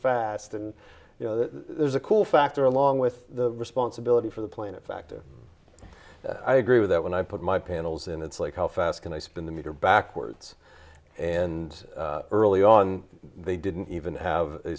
fast and you know there's a cool factor along with the responsibility for the planet factor i agree with that when i put my panels in it's like how fast can i spin the meter backwards and early on they didn't even have a